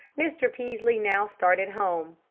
mr. peaslee now started home.